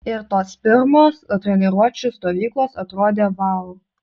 ir tos pirmos treniruočių stovyklos atrodė vau